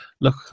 look